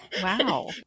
Wow